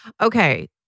Okay